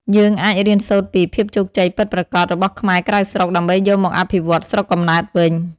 យើងអាចរៀនសូត្រពី "ភាពជោគជ័យពិតប្រាកដ" របស់ខ្មែរក្រៅស្រុក ដើម្បីយកមកអភិវឌ្ឍស្រុកកំណើតវិញ។